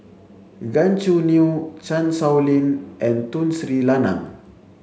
Gan Choo Neo Chan Sow Lin and Tun Sri Lanang